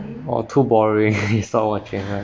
or too boring you stop watching right